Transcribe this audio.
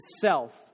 self